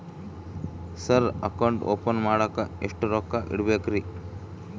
Sir account open ಮಾಡಾಕ ಎಷ್ಟು ರೊಕ್ಕ ಇಡಬೇಕ್ರಿ?